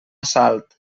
salt